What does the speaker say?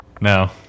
No